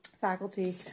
faculty